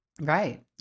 Right